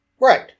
Right